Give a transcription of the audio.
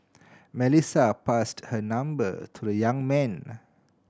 Melissa passed her number to the young man